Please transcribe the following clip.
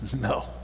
No